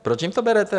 Proč jim to berete?